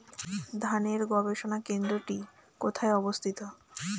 ধানের গবষণা কেন্দ্রটি কোথায় অবস্থিত?